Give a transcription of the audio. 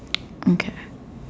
okay